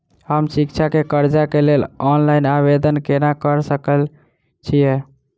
हम शिक्षा केँ कर्जा केँ लेल ऑनलाइन आवेदन केना करऽ सकल छीयै?